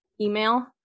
email